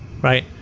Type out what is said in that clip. right